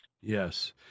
Yes